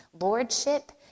lordship